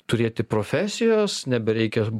turėti profesijos nebereikia